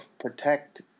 protect